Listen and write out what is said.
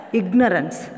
ignorance